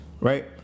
right